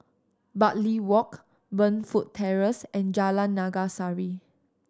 Bartley Walk Burnfoot Terrace and Jalan Naga Sari